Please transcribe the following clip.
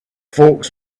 folks